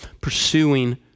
pursuing